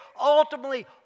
ultimately